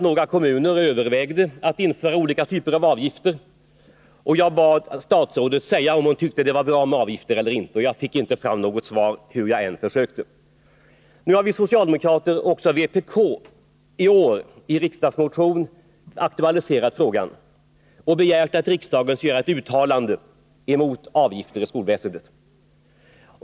Några kommuner övervägde då att införa olika typer av avgifter, och jag bad statsrådet säga om hon tyckte det var bra med avgifter eller inte. Jag fick inte fram något svar, hur jag än försökte. Nu har vi socialdemokrater, och också vpk, i år i riksdagsmotion aktualiserat frågan och begärt att riksdagen skall göra ett uttalande mot avgifter i skolväsendet.